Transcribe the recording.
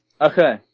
Okay